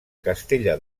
castella